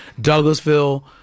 douglasville